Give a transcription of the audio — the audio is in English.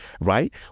right